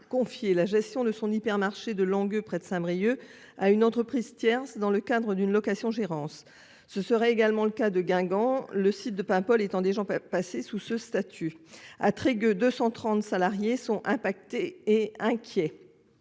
confier la gestion de son hypermarché de Langueux, près de Saint-Brieuc, à une entreprise tierce dans le cadre d'une location-gérance. Ce serait également le cas du site de Guingamp, le site de Paimpol étant déjà passé sous ce statut. À Trégueux, 230 salariés sont concernés et inquiets.